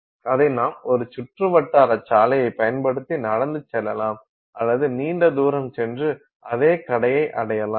அதை நாம் ஒரு சுற்றுவட்டார சாலையைப் பயன்படுத்தி நடந்து செல்லலாம் அல்லது நீண்ட தூரம் சென்று அதே கடையை அடையலாம்